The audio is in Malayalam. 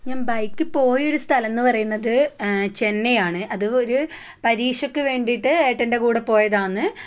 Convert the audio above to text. ഞാൻ ബൈക്കിൽ പോയ ഒരു സ്ഥലം എന്ന് പറയുന്നത് ചെന്നൈയാണ് അത് ഒരു പരീക്ഷക്ക് വേണ്ടിയിട്ട് ഏട്ടൻ്റെ കൂടെ പോയതാണ്